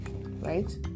right